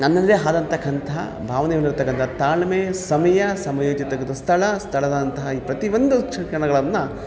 ನನ್ನಲ್ಲೇ ಆದಂತಕ್ಕಂತಹ ಭಾವನೆಗಳಿರತಕ್ಕಂತ ತಾಳ್ಮೆ ಸಮಯ ಸಮಯ ತಕ್ಕಂಥ ಸ್ಥಳ ಸ್ಥಳದಂತಹ ಈ ಪ್ರತಿ ಒಂದು ಕ್ಷಣಗಳನ್ನು